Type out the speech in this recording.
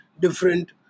different